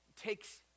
takes